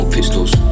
pistols